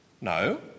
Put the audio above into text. no